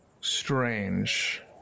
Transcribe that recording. strange